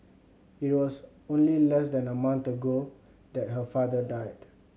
it was only less than a month ago that her father died